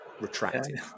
retracted